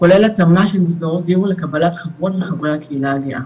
כולל התאמה של מסגרות דיור לקבלה של חברות וחברי הקהילה הגאה.